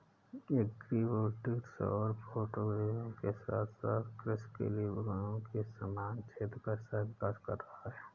agri voltaic सौर photovoltaic ऊर्जा के साथ साथ कृषि के लिए भूमि के समान क्षेत्र का सह विकास कर रहा है